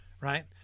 Right